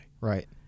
Right